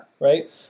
Right